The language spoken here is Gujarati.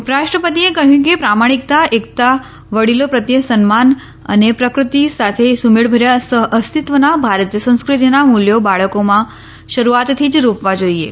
ઉપરાષ્ટ્રપતિએ કહ્યું કે પ્રામણિક્તા એક્તા વડીલો પ્રત્યે સન્માન અને પ્રકૃતિ સાથે સુમેળભર્યા સહઅસ્તિત્વના ભારતીય સંસ્ક્રતિના મૂલ્યો બાળકોમાં શરૂઆતથી જ રોપવા જોઈએ